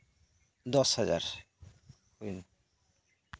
ᱫᱚᱥ ᱦᱟᱡᱟᱨ ᱦᱩᱭ ᱱᱟ